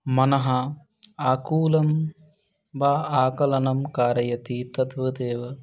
मनः आकलं वा आकलनं कारयति तद्वदेव